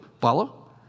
Follow